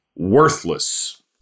worthless